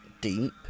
...deep